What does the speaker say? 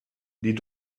die